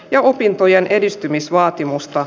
jo opintojen edistymisvaatimusta